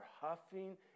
huffing